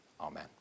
Amen